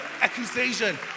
accusation